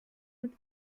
mit